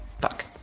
Fuck